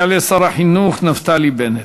יעלה שר החינוך נפתלי בנט.